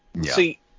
See